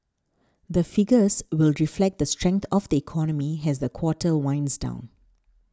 the figures will reflect the strength of the economy as the quarter winds down